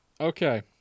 Okay